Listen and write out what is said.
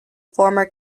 former